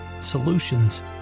solutions